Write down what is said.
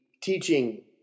teaching